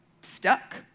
stuck